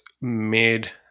made